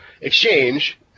Exchange